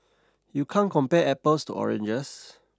you can't compare apples to oranges